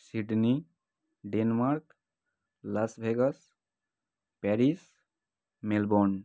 Sydney Denmark Las Vegas Paris Melbourne